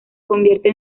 convierte